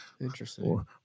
Interesting